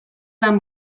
lan